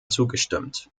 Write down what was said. zugestimmt